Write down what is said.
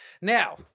Now